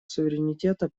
суверенитета